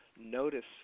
notice